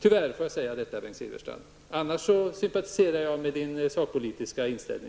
Tyvärr måste jag säga detta, Bengt Silfverstrand. Men jag sympatiserar med Bengt Silfverstrands sakpolitiska inställning.